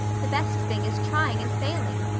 the best thing is trying and failing.